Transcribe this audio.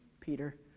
Peter